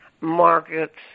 markets